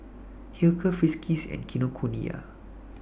Hilker Friskies and Kinokuniya